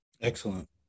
Excellent